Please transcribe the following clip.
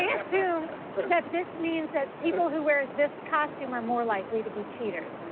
ah assumed that this means that people who wear this costume are more likely to be cheaters.